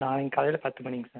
நாளைக் காலையில் பத்து மணிங்க சார்